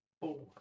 Four